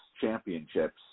championships